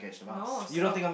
no stop